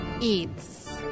eats